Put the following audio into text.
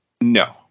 No